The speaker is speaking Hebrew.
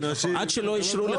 עד שלא אישרו,